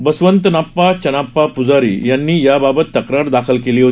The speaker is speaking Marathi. बसवंतनाप्पा चन्नाप्पा प्जारी यांनी याबाबत तक्रार दाखल केली आहे